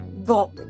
Bon